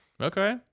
Okay